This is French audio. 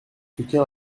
soutenir